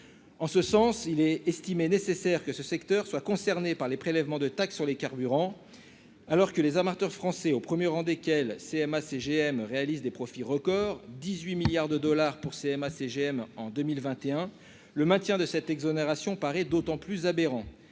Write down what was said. En ce sens, il est estimé nécessaire que ce secteur soit concerné par les prélèvements de taxe sur les carburants. Alors que les amateurs français, au premier rang desquels CMA CGM, réalisent des profits records- 18 milliards de dollars pour CMA CGM en 2021 -, le maintien de cette exonération paraît d'autant plus aberrant.